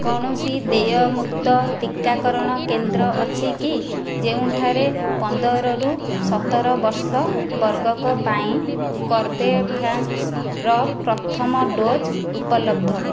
କୌଣସି ଦେୟମୁକ୍ତ ଟିକାକରଣ କେନ୍ଦ୍ର ଅଛି କି ଯେଉଁଠାରେ ପନ୍ଦରରୁ ସତର ବର୍ଷ ବର୍ଗଙ୍କ ପାଇଁ କର୍ବେଭ୍ୟାକ୍ସର ପ୍ରଥମ ଡୋଜ୍ ଉପଲବ୍ଧ